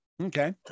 okay